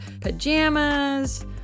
pajamas